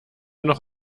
noch